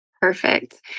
Perfect